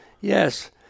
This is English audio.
Yes